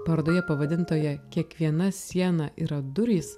parodoje pavadintoje kiekviena siena yra durys